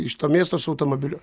iš to miesto su automobiliu